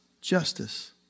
justice